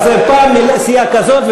אז זה פעם סיעה כזאת,